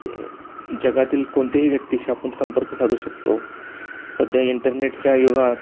जगातील कोणत्याही व्यक्तीशी आपण संपर्क साधू शकतो सध्या इंटरनेटच्या युगात